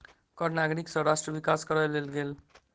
कर नागरिक सँ राष्ट्र विकास करअ लेल गेल